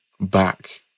back